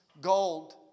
gold